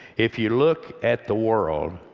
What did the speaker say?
if you look at the world,